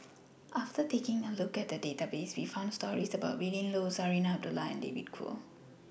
after taking A Look At The Database We found stories about Willin Low Zarinah Abdullah and David Kwo